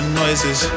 noises